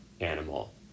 animal